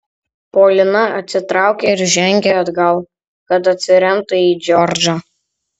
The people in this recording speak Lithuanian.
polina atsitraukė ir žengė atgal kad atsiremtų į džordžą